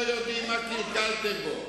אתם אפילו לא יודעים מה קלקלתם בו.